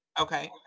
Okay